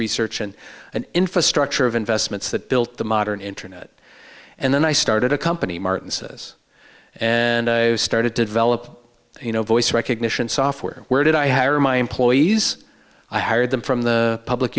research and an infrastructure of investments that built the modern internet and then i started a company martin says and i started to develop you know voice recognition software where did i hire my employees i hired them from the public